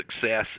success